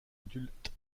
adulte